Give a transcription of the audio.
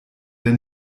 der